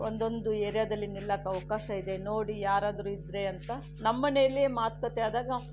ಒಂದೊಂದು ಏರಿಯಾದಲ್ಲಿ ನಿಲ್ಲಕ್ಕೆ ಅವಕಾಶ ಇದೆ ನೋಡಿ ಯಾರಾದರೂ ಇದ್ದರೆ ಅಂತ ನಮ್ಮನೆಯಲ್ಲೇ ಮಾತುಕತೆ ಆದಾಗ